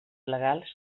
legals